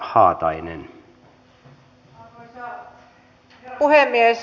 arvoisa herra puhemies